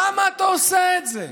למה אתה עושה את זה?